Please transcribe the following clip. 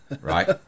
right